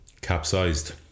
capsized